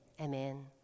amen